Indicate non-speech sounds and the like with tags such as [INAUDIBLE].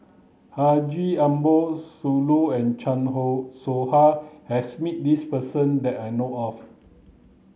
Haji Ambo Sooloh and Chan [UNINTELLIGIBLE] Soh Ha has met this person that I know of